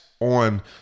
on